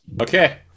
Okay